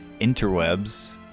interwebs